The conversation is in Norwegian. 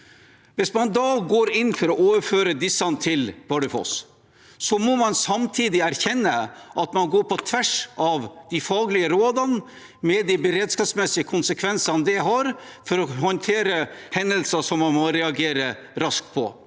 Hvis man da går inn for å overføre disse til Bardufoss, må man samtidig erkjenne at man går på tvers av de faglige rådene, med de beredskapsmessige konsekvensene det har for å håndtere hendelser som man må reagere raskt på.